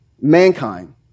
mankind